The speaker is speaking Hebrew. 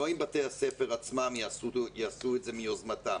לא אם בתי הספר עצמם יעשו את זה מיוזמתם.